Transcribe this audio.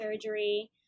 surgery